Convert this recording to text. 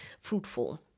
fruitful